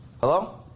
Hello